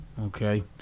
Okay